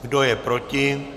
Kdo je proti?